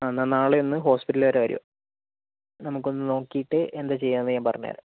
എന്നാൽ നാളെ ഒന്ന് ഹോസ്പിറ്റൽ വരെ വരുക നമുക്കൊന്ന് നോക്കിയിട്ട് എന്താണ് ചെയ്യുക എന്ന് ഞാൻ പറഞ്ഞ് തരാം